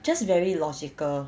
just very logical